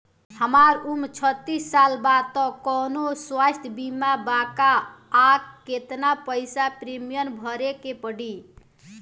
हमार उम्र छत्तिस साल बा त कौनों स्वास्थ्य बीमा बा का आ केतना पईसा प्रीमियम भरे के पड़ी?